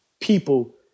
people